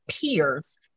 peers